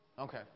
Okay